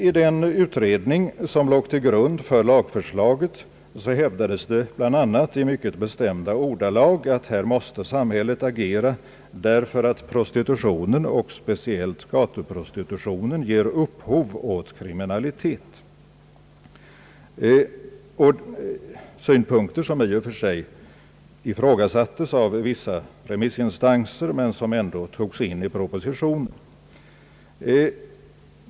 I den utredning som låg till grund för lagförslaget hävdades det bl.a. i mycket bestämda ordalag att samhället måste agera här, därför att prostitutionen och speciellt gatuprostitutionen ger upphov åt kriminalitet — synpunkter som i och för sig ifrågasattes av vissa remissinstanser men som ändå togs in i propositionen.